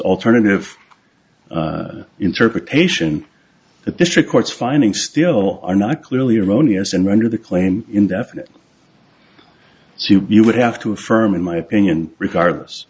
alternative interpretation the district courts finding still are not clearly erroneous and render the claim indefinite you would have to affirm in my opinion regardless